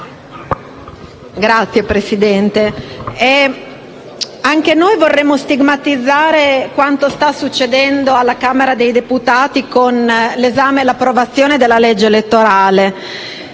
Signor Presidente, anche noi vorremmo stigmatizzare quanto sta succedendo alla Camera dei deputati, con l'esame e l'approvazione della legge elettorale.